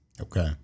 Okay